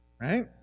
right